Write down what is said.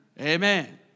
Amen